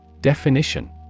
Definition